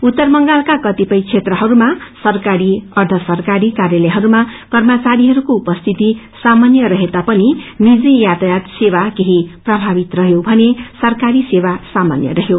उत्तर बंगालका कतिपय क्षेत्रहरूमा सराकारी अर्षसरकारी काय्पलयहरूमा कर्मचारीहरूकको उपस्थित सामान्य रहेता पनि नीजि यातायात सेवा केही प्रभावित रहयो भने सरकारी सेवा साामान्य रहयो